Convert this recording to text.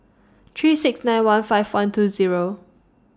three six nine one five one two Zero